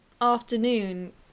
afternoon